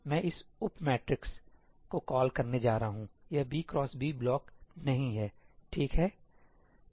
मैं इस उप मैट्रिक्स को कॉल करने जा रहा हूं यह b x b ब्लॉक नहीं है ठीक है